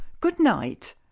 good-night